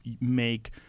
make